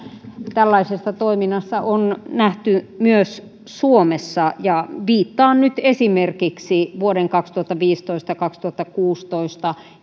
tällaisesta toiminnasta on nähty myös suomessa ja viittaan nyt esimerkiksi vuosina kaksituhattaviisitoista viiva kaksituhattakuusitoista